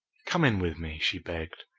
come in with me, she begged.